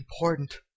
important